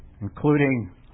including